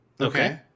Okay